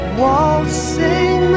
waltzing